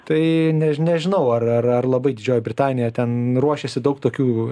tai ne nežinau ar ar ar labai didžioji britanija ten ruošiasi daug tokių